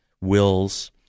wills